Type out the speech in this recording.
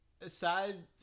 Aside